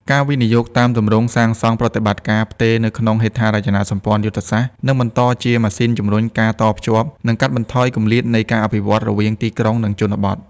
ការវិនិយោគតាមទម្រង់ សាងសង់-ប្រតិបត្តិការ-ផ្ទេរនៅក្នុងហេដ្ឋារចនាសម្ព័ន្ធយុទ្ធសាស្ត្រ នឹងបន្តជាម៉ាស៊ីនជំរុញការតភ្ជាប់ និងកាត់បន្ថយគម្លាតនៃការអភិវឌ្ឍរវាងទីក្រុង និងជនបទ។